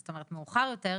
זאת אומרת מאוחר יותר,